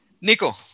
Nico